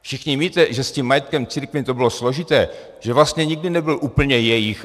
Všichni víte, že s tím majetkem církvím to bylo složité, že vlastně nikdy nebyl úplně jejich.